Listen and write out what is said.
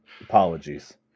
Apologies